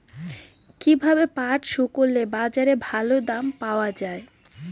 কীভাবে পাট শুকোলে বাজারে ভালো দাম পাওয়া য়ায়?